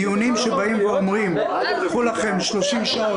דיונים שבאים ואומרים: קחו לכם 30 שעות,